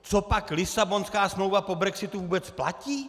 Copak Lisabonská smlouva po brexitu vůbec platí?